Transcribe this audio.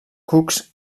cucs